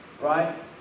right